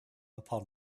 upon